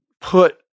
put